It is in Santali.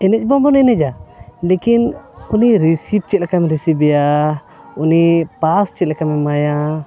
ᱮᱱᱮᱡ ᱵᱟᱵᱚᱱ ᱮᱱᱮᱡᱟ ᱞᱮᱠᱤᱱ ᱩᱱᱤ ᱨᱤᱥᱤᱯ ᱪᱮᱫ ᱞᱮᱠᱟᱢ ᱨᱤᱥᱤᱵᱷᱮᱭᱟ ᱩᱱᱤ ᱯᱟᱥ ᱪᱮᱫ ᱞᱮᱠᱟᱢ ᱮᱢᱟᱭᱟ